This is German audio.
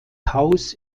haus